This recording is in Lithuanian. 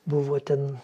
buvo ten